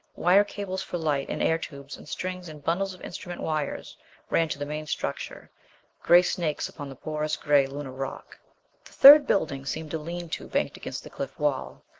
wire cables for light, and air tubes and strings and bundles of instrument wires ran to the main structure gray snakes upon the porous, gray lunar rock. the third building seemed a lean-to banked against the cliff wall,